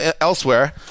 elsewhere